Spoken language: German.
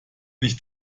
nicht